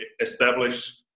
establish